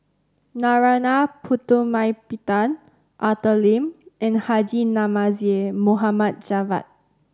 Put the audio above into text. Narana Putumaippittan Arthur Lim and Haji Namazie Mohd Javad